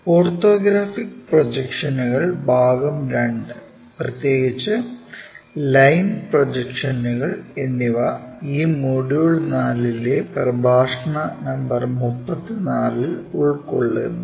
orthographic പ്രൊജക്ഷനുകൾ ഭാഗം II പ്രത്യേകിച്ച് ലൈൻ പ്രൊജക്ഷനുകൾ എന്നിവ ഈ മൊഡ്യൂൾ 4 ലെ പ്രഭാഷണ നമ്പർ 34 ൽ ഉൾക്കൊള്ളുന്നു